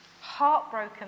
heartbroken